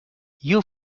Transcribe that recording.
you